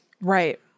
Right